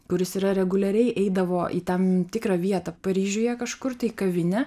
kur jis yra reguliariai eidavo į tam tikrą vietą paryžiuje kažkur tai į kavinę